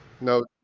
No